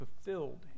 fulfilled